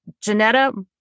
Janetta